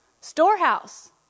storehouse